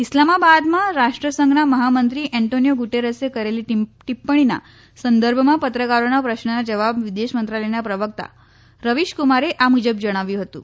ઈસ્લામાબાદમાં રાષ્ટ્રસંઘના મહામંત્રી એન્ટોનીયો ગુટેરસે કરેલી ટિપ્પણીના સંદર્ભમાં પત્રકારોના પ્રશ્નના જવાબમાં વિદેશ મંત્રાલયના પ્રવક્તા રવિશકુમારે આ મુજબ જણાવ્યું હતું